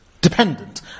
dependent